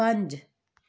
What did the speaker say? ਪੰਜ